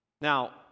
Now